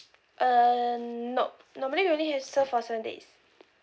uh nope normally we only have serve for seven days